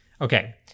okay